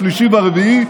השלישי והרביעי,